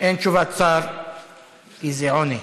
הצעות לסדר-היום מס'